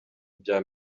bya